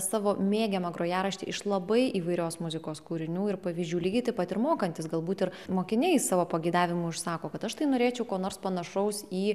savo mėgiamą grojaraštį iš labai įvairios muzikos kūrinių ir pavyzdžių lygiai taip pat ir mokantis galbūt ir mokiniai savo pageidavimu užsako kad aš tai norėčiau ko nors panašaus į